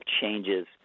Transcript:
changes